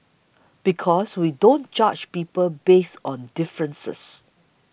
because we don't judge people based on differences